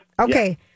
Okay